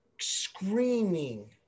screaming